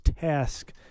task